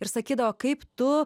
ir sakydavo kaip tu